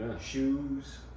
shoes